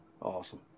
Awesome